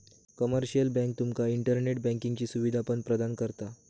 commercial bank तुका internet बँकिंगची सुवीधा पण प्रदान करता